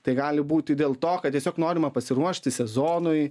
tai gali būti dėl to kad tiesiog norima pasiruošti sezonui